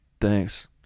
Thanks